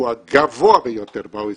הוא הגבוה ביותר ב-OECD,